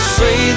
say